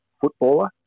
footballer